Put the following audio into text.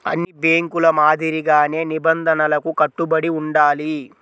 అన్ని బ్యేంకుల మాదిరిగానే నిబంధనలకు కట్టుబడి ఉండాలి